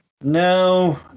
No